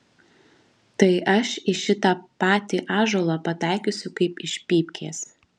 tai aš į šitą patį ąžuolą pataikysiu kaip iš pypkės